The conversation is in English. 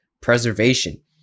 preservation